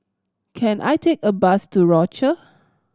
can I take a bus to Rochor